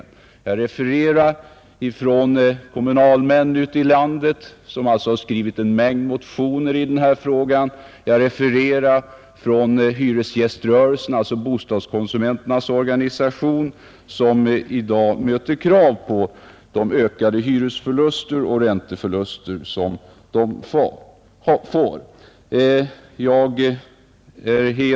Jag har refererat till kommunalmän ute i landet, som skrivit en mängd motioner i denna fråga, jag har refererat till hyresgäströrelsen, dvs. bostadskonsumenternas organisation, som i dag ställs inför krav på de ökade hyresoch ränteförluster som de får från bostadsförvaltningarna.